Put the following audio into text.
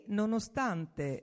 nonostante